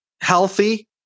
healthy